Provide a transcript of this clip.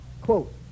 Quote